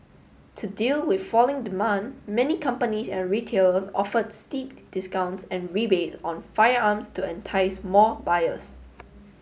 to deal with falling demand many companies and retailers offered steep discounts and rebates on firearms to entice more buyers